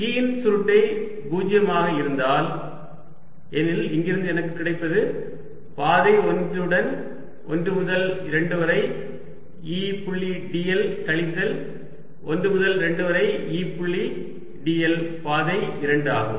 E இன் சுருட்டை 0 ஆக இருந்தால் ஏனெனில் இங்கிருந்து எனக்கு கிடைப்பது பாதை 1 உடன் 1 முதல் 2 வரை E புள்ளி dl கழித்தல் 1 முதல் 2 வரை E புள்ளி dl பாதை 2 ஆகும்